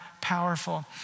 powerful